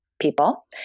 people